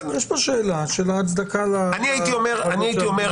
יש פה שאלה של ההצדקה --- אני הייתי אומר,